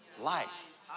life